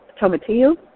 tomatillo